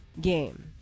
game